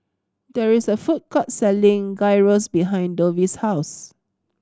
there is a food court selling Gyros behind Dovie's house